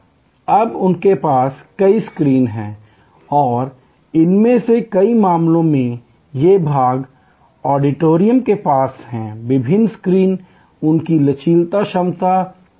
अब उनके पास कई स्क्रीन हैं और इनमें से कई मामलों में ये भाग ऑडिटोरियम के पास हैं विभिन्न स्क्रीन उनकी लचीली क्षमता होती है